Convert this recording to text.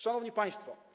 Szanowni Państwo!